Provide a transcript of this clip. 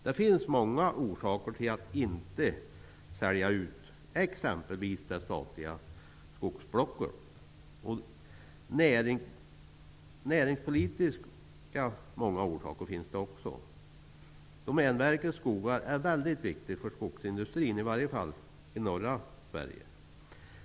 Det finns många orsaker, bl.a. näringspolitiska, till att inte sälja ut exempelvis det statliga skogsblocket. Domänverkets skogar är viktiga för skogsindustrin, i varje fall i norra Sverige.